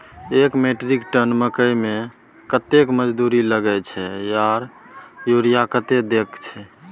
एक metric tonne मकई में कतेक मजदूरी लगे छै आर यूरिया कतेक देके छै?